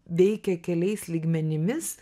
veikia keliais lygmenimis